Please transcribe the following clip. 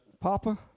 Papa